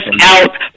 out